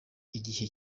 igihe